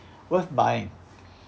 worth buying